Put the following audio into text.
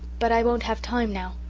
but i won't have time now.